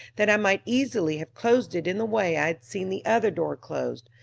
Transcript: that i might easily have closed it in the way i had seen the other door closed,